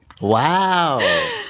Wow